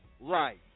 life